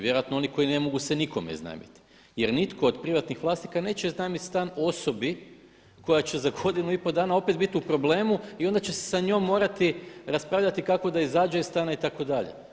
Vjerojatno oni koji ne mogu se nikome iznajmiti jer nitko od privatnih vlasnika neće iznajmiti stan osobi koja će za godinu i pol dana opet biti u problemu i onda će se sa njom morati raspravljati kako da izađe iz stana itd.